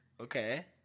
Okay